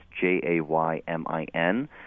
J-A-Y-M-I-N